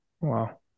Wow